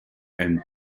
and